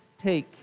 Take